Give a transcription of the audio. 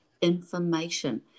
information